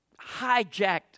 hijacked